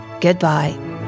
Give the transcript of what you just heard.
goodbye